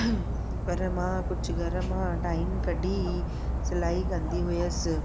पर मां कुझु घर मां टाइम कढी सिलाई कंदी हुयसि